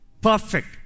Perfect